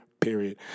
period